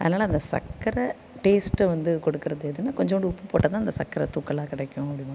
அதனால் அந்த சக்கரை டேஸ்ட்டை வந்து கொடுக்கிறது எதுன்னால் கொஞ்சூண்டு உப்பு போட்டால் தான் அந்த சக்கரை தூக்கலாக கிடைக்கும் அப்படிம்பாங்க